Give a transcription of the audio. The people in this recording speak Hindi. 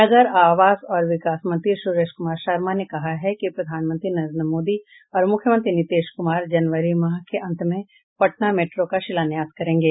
नगर आवास और विकास मंत्री सुरेश कुमार शर्मा ने कहा है कि प्रधानमंत्री नरेन्द्र मोदी और मुख्यमंत्री नीतीश कुमार जनवरी माह के अंत में पटना मेट्रो का शिलान्यास करेंगे